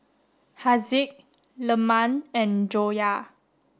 Haziq Leman and Joyah